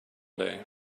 day